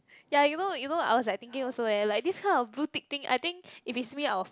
ya you know you know I was like thinking also [eh]like this kind of blue tick thing I think if it's me I will flip